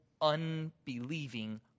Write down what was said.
unbelieving